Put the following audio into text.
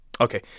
Okay